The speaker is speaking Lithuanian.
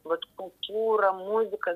vat kultūra muzika